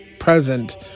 present